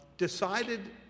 Decided